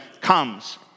comes